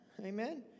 Amen